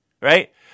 right